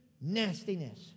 nastiness